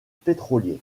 pétroliers